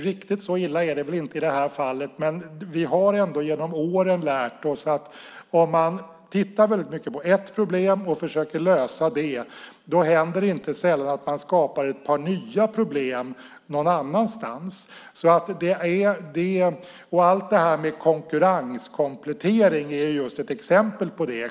Riktigt så illa är det väl inte i det här fallet, men vi har ändå genom åren lärt oss att om man tittar mycket på ett problem och försöker lösa det händer det inte sällan att man skapar ett par nya problem någon annanstans. Allt detta med konkurrenskomplettering är ett exempel på det.